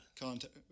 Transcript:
contact